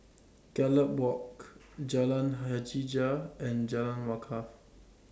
Gallop Walk Jalan Hajijah and Jalan Wakaff